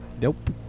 Nope